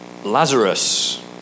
Lazarus